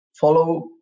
follow